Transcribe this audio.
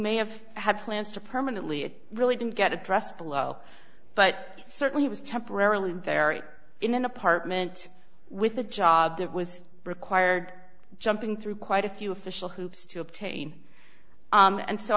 may have had plans to permanently it really didn't get addressed below but certainly was temporarily very in an apartment with a job that was required jumping through quite a few official hoops to obtain and so